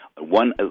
one